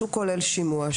שהוא כולל שימוע,